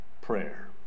prayer